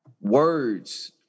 words